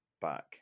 back